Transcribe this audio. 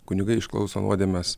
kunigai išklauso nuodėmes